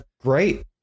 great